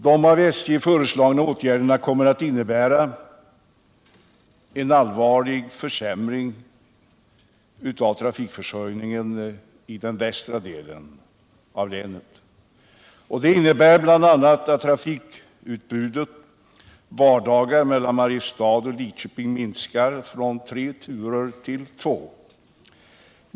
De av SJ föreslagna åtgärderna kommer att innebära en allvarligt försämrad trafikförsörjning i den västra delen av länet. Det medför bl.a. att trafikutbudet mellan Mariestad och Lidköping under vardagar minskar från tre turer till två.